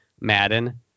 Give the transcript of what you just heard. Madden